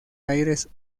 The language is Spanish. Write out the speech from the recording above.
aires